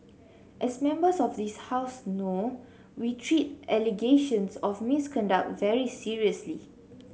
as Members of this House know we treat allegations of misconduct very seriously